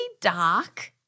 dark